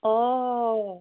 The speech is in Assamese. অঁ